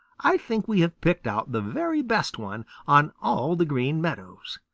i think we have picked out the very best one on all the green meadows.